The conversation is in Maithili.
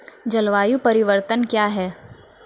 जलवायु परिवर्तन कया हैं?